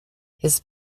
his